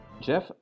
Jeff